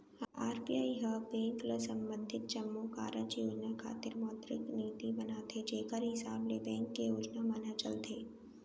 RBI ह bank ल संबंधित जम्मो कारज योजना खातिर मौद्रिक नीति बनाथे जेखर हिसाब ले बेंक के योजना मन ह चलथे